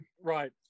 Right